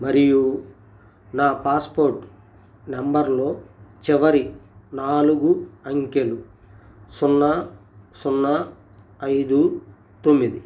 మరియు నా పాస్పోర్ట్ నంబర్లో చివరి నాలుగు అంకెలు సున్నా సున్నా ఐదు తొమ్మిది